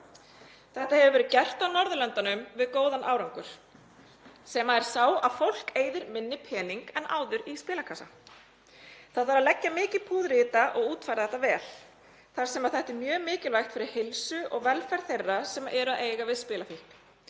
Þetta hefur verið gert á Norðurlöndunum við góðan árangur sem er sá að fólk eyðir minni pening en áður í spilakassa. Það þarf að leggja mikið púður í þetta og útfæra þetta vel þar sem þetta er mjög mikilvægt fyrir heilsu og velferð þeirra sem eiga við spilafíkn.